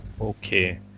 Okay